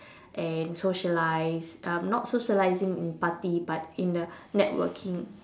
and socialise um not socializing in party but in the networking